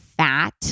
fat